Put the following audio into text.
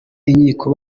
inkiko